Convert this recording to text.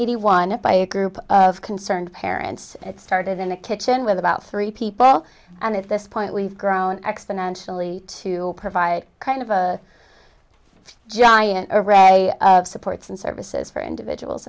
eighty one by a group of concerned parents it started in a kitchen with about three people and at this point we've grown exponentially to provide kind of a giant are a supports and services for individuals